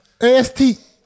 AST